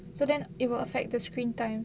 so then it will affect the screen time